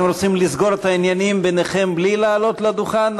אתם רוצים לסגור את העניינים ביניכם בלי לעלות לדוכן?